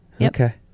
okay